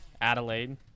Adelaide